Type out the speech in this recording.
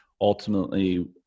ultimately